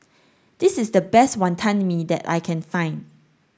this is the best Wantan Mee that I can find